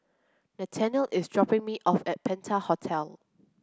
Nathaniel is dropping me off at Penta Hotel